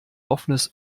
offenes